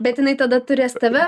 bet jinai tada turės tave